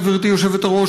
גברתי היושבת-ראש,